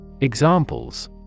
Examples